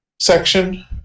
section